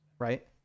Right